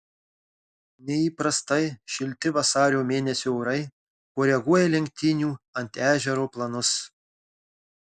neįprastai šilti vasario mėnesiui orai koreguoja lenktynių ant ežero planus